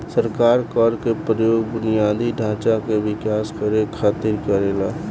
सरकार कर के प्रयोग बुनियादी ढांचा के विकास करे खातिर करेला